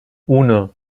uno